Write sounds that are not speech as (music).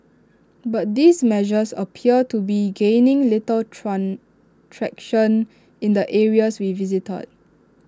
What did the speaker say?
but these measures appear to be gaining little (unintelligible) traction in the areas we visited